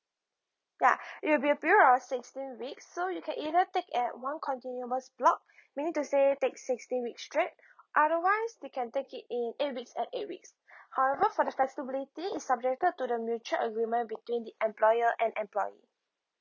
ya it will be a period of sixteen weeks so you can either take at one continuous block meaning to say take sixteen weeks straight otherwise they can take it in eight weeks and eight weeks however for the flexibility it's subjected to the mutual agreement between the employer and employee